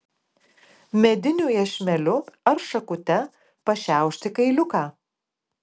mediniu iešmeliu ar šakute pašiaušti kailiuką